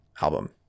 album